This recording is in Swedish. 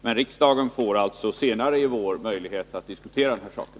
Men riksdagen får alltså senare i vår möjlighet att diskutera den här saken.